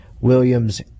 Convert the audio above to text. Williams